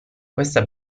questa